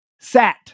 sat